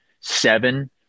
seven